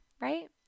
right